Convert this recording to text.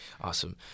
Awesome